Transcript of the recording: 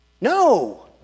No